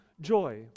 joy